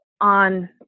on